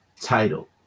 title